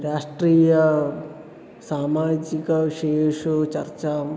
राष्ट्रीयसामाजिकविषयेषु चर्चाम्